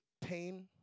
pain